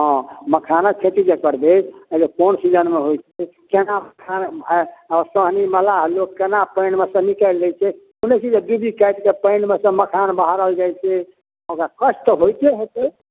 हँ मखानक खेती जे करबै पहिले कोन सीजनमे होइ छै कोना मखान अँ आओर साहनी मल्लाह लोक कोना पानिमेसँ निकालि लै छै सुनै छी जे डुब्बी काटिके पानिमेसँ मखान बहारल जाए छै ओकरा कष्ट तऽ होइते हेतै